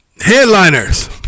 Headliners